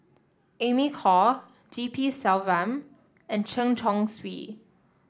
Amy Khor G P Selvam and Chen Chong Swee